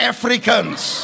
Africans